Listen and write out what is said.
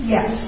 Yes